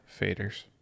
faders